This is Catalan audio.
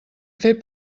fer